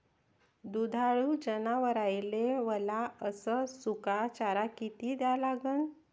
दुधाळू जनावराइले वला अस सुका चारा किती द्या लागन?